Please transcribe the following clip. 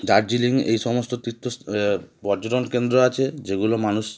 দার্জিলিং এই সমস্ত পর্যটন কেন্দ্র আছে যেগুলো মানুষ